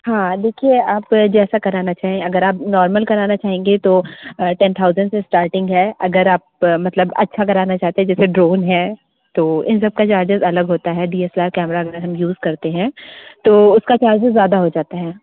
हाँ देखिए आप जैसा कराना चाहें अगर आप नार्मल कराना चाहेंगी तो टेन थाउजेंड से स्टार्टिंग है अगर आप मतलब अच्छा कराना हैं जैसे ड्रोन है तो इन सबका चार्जेस अलग होता है D S L R camera वगैरह हम यूज करते हैं तो उससे चार्जेस ज़्यादा हो जाता है